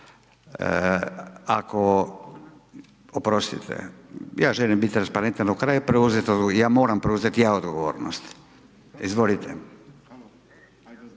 Ako, oprostite, ja želim biti transparentan do kraja i preuzeti odgovornost, ja moram